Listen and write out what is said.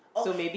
okay